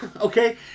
Okay